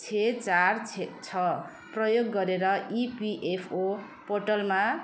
छ चार छ छ प्रयोग गरेर इपिएफओ पोर्टलमा